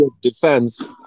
Defense